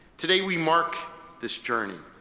today, we mark this journey.